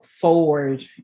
forward